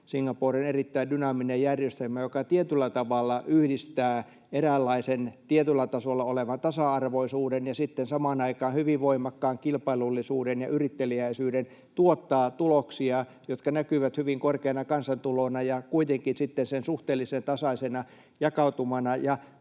Singaporen erittäin dynaaminen järjestelmä, joka tietyllä tavalla yhdistää eräänlaisen tietyllä tasolla olevan tasa-arvoisuuden ja sitten samaan aikaan hyvin voimakkaan kilpailullisuuden ja yritteliäisyyden, tuottaa tuloksia, jotka näkyvät hyvin korkeana kansantulona ja kuitenkin sitten sen suhteellisen tasaisena jakautumana.